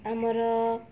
ଆମର